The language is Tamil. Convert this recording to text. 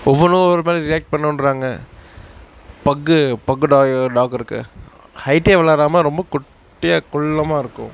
ஒவ்வொன்றும் ஒவ்வொரு மாதிரி ரியாக்ட் பண்ணுகிறாங்க பக்கு பக்கு டா டாக் இருக்குது ஹைட்டே வளராமல் ரொம்ப குட்டியாக குள்ளமாக இருக்கும்